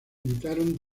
editaron